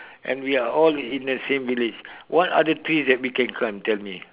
and we are all in the same village what other trees that we can climb tell me